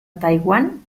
taiwán